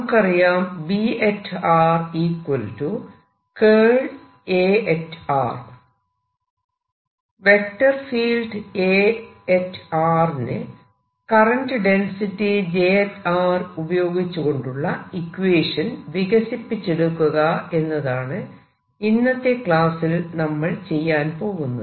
നമുക്കറിയാം vector field A ന് current density j ഉപയോഗിച്ചുകൊണ്ടുള്ള ഇക്വേഷൻ വികസിപ്പിച്ചെടുക്കുക എന്നതാണ് ഇന്നത്തെ ക്ലാസ്സിൽ നമ്മൾ ചെയ്യാൻ പോകുന്നത്